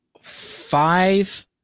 five